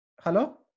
hello